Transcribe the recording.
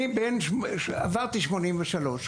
אני בן מעל ל-83,